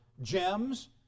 gems